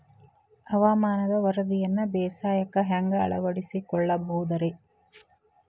ಹವಾಮಾನದ ವರದಿಯನ್ನ ಬೇಸಾಯಕ್ಕ ಹ್ಯಾಂಗ ಅಳವಡಿಸಿಕೊಳ್ಳಬಹುದು ರೇ?